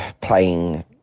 playing